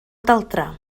daldra